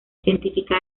científica